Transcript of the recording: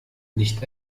nicht